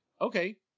okay